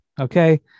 Okay